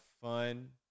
fun